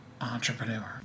entrepreneur